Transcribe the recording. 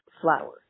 flower